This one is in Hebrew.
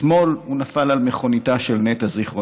אתמול הוא נפל על מכוניתה של נטע ז"ל,